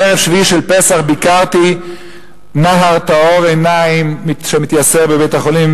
בערב שביעי של פסח ביקרתי נער טהור עיניים שמתייסר בבית-החולים